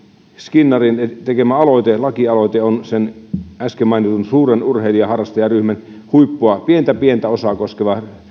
skinnarin tekemä lakialoite on sen äsken mainitun suuren urheilijaharrastajaryhmän huippua pientä pientä osaa koskeva